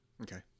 Okay